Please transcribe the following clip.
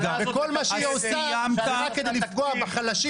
וכל מה שהיא עושה זה רק בשביל לפגוע בחלשים.